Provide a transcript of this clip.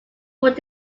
would